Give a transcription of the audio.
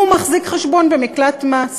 הוא מחזיק חשבון במקלט מס.